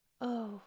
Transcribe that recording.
Oh